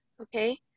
okay